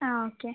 ആ ഓക്കെ